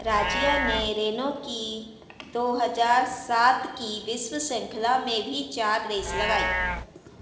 राज़िया ने रेनॉ की दो हज़ार सात की विश्व शृँखला में भी चार रेस लगाईं